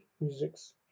Music's